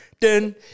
dun